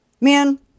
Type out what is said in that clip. man